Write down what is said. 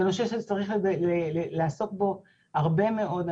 זה נושא שצריך לעסוק בו הרבה מאוד.